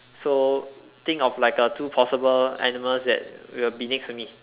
so think of like a two possible animals that will be next to me